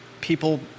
people